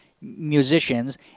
musicians